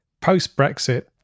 post-Brexit